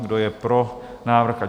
Kdo je pro návrh?